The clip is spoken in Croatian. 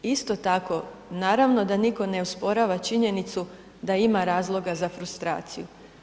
Isto tako, naravno da nitko ne osporava činjenicu da ima razloga za frustraciju.